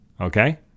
Okay